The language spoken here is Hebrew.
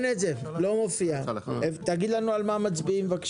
תאמר לנו על מה מצביעים.